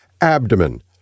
abdomen